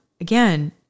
again